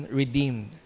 redeemed